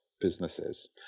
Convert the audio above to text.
businesses